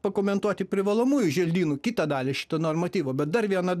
pakomentuoti privalomųjų želdynų kitą dalį šito normatyvo bet dar viena